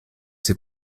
ses